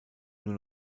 nur